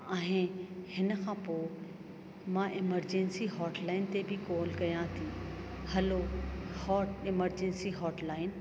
ऐं हिन खां पोइ मां एमरजेंसी हॉटलाइन ते बि कॉल कयां थी हैलो हा एमरजेंसी हॉटलाइन